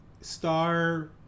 star